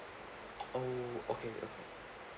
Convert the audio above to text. oh okay